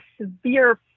severe